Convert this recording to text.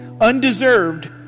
Undeserved